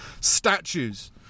statues